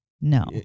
no